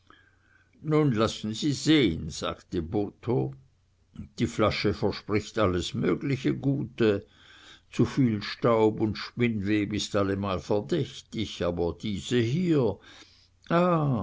nun lassen sie sehn sagte botho die flasche verspricht alles mögliche gute zuviel staub und spinnweb ist allemal verdächtig aber dieser hier